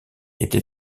été